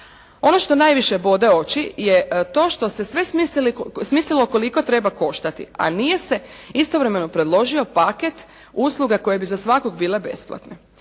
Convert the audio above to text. Ono što najviše bode oči je to što ste sve smislilo koliko treba koštati, a nije se istovremeno predložio paket usluga koje bi za svakoga bile besplatne.